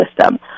system